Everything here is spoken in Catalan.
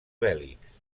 bèl·lics